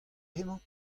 hemañ